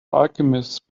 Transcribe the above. alchemists